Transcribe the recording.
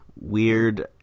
weird